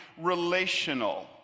relational